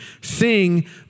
Sing